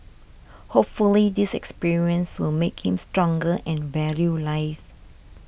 hopefully this experience will make him stronger and value life